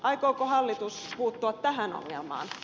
aikooko hallitus puuttua tähän ongelmaan